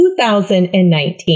2019